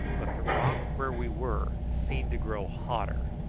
but the rock where we were seemed to grow hotter,